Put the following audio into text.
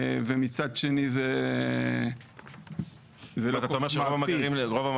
ומצד שני זה לא כל כך --- אז אתה אומר שרוב המאגרים?